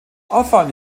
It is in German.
auffallend